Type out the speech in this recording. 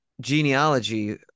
genealogy